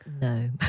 No